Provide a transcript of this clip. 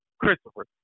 Christopher